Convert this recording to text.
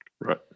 Right